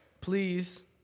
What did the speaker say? please